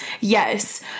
Yes